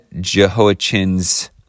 Jehoiachin's